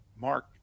Mark